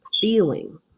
feeling